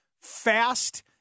fast